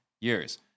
years